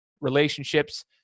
relationships